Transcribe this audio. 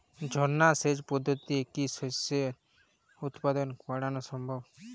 ঝর্না সেচ পদ্ধতিতে কি শস্যের উৎপাদন বাড়ানো সম্ভব?